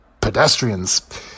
pedestrians